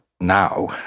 now